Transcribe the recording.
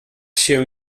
się